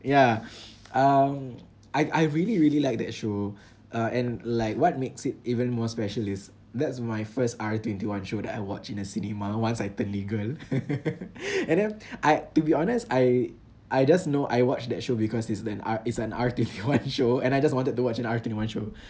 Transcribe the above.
yeah um I I really really like that show uh and like what makes it even more special is that's my first R twenty one show that I watch in the cinema once I turned legal and then I to be honest I I just know I watched that show because it's an R it's a R twenty one show and I just wanted to watch an R twenty one show